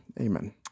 Amen